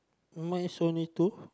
mine is only two